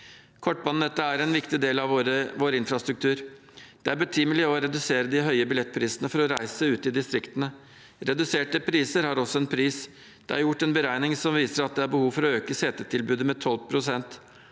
Kortbanenettet er en viktig del av vår infrastruktur. Det er betimelig å redusere de høye billettprisene for å reise ute i distriktene. Reduserte priser har også en pris. Det er gjort en beregning som viser at det er behov for å øke setetilbudet med 12 pst.